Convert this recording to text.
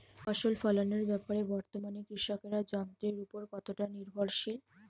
ফসল ফলানোর ব্যাপারে বর্তমানে কৃষকরা যন্ত্রের উপর কতটা নির্ভরশীল?